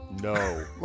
no